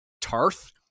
Tarth